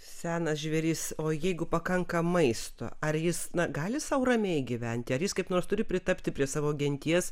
senas žvėris o jeigu pakanka maisto ar jis na gali sau ramiai gyventi ar jis kaip nors turi pritapti prie savo genties